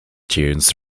tunes